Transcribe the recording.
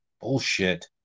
Bullshit